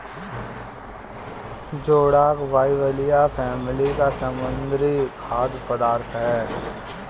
जोडाक बाइबलिया फैमिली का समुद्री खाद्य पदार्थ है